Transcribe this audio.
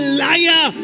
liar